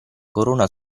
corona